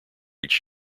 each